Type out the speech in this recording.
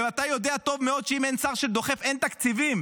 אתה יודע טוב מאוד שאם אין שר שדוחף, אין תקציבים.